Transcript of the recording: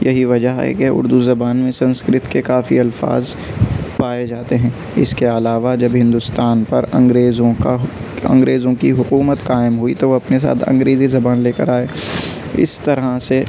یہی وجہ ہے کہ اردو زبان میں سنسکرت کے کافی الفاظ پائے جاتے ہیں اس کے علاوہ جب ہندوستان پر انگریزوں کا انگریزوں کی حکومت قائم ہوئی تو وہ اپنے ساتھ انگریزی زبان لے کر آئے اس طرح سے